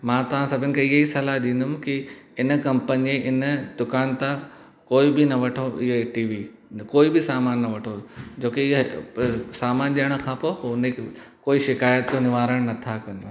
मां तां सभिनि खे इहा ई सलाह ॾींदुमि की हिन कंपनी इन दुकान तां कोई बि न वठो इहो टीवी कोई बि सामान न वठो जोकी इहो सामान ॾियण खां पोइ हुन की कोई शिकायत जो निवारण नथा कनि